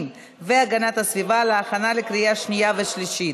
והגנת הסביבה להכנה לקריאה שנייה ושלישית.